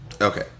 Okay